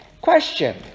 Question